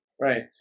Right